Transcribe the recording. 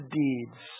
deeds